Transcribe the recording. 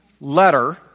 letter